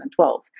2012